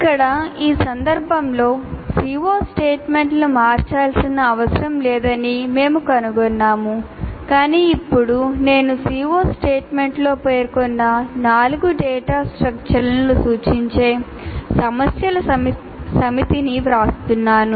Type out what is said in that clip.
ఇక్కడ ఈ సందర్భంలో CO స్టేట్మెంట్ను మార్చాల్సిన అవసరం లేదని మేము కనుగొన్నాము కాని ఇప్పుడు నేను CO స్టేట్మెంట్లో పేర్కొన్న నాలుగు డేటా స్ట్రక్చర్లను సూచించే సమస్యల సమితిని వ్రాస్తున్నాను